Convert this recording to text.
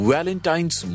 Valentine's